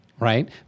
Right